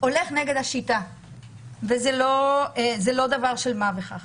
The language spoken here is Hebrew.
הולך נגד השיטה וזה לא דבר של מה בכך.